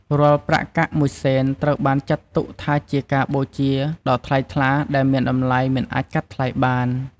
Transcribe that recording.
រាល់ប្រាក់កាក់មួយសេនត្រូវបានចាត់ទុកថាជាការបូជាដ៏ថ្លៃថ្លា ដែលមានតម្លៃមិនអាចកាត់ថ្លៃបាន។